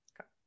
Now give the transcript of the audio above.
okay